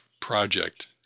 project